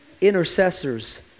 intercessors